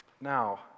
Now